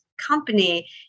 company